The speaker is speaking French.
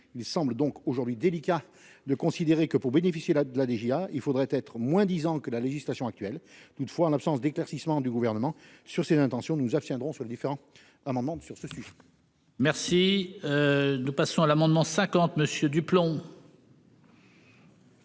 Il semble donc aujourd'hui délicat de considérer que pour bénéficier là de la DGA il faudrait être moins disant ans que la législation actuelle. Toutefois, en l'absence d'éclaircissement du gouvernement sur ses intentions, nous nous abstiendrons sur les différents à un moment sur ce sujet.-- Merci. Nous passons à l'amendement 50 Monsieur